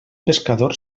pescador